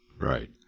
Right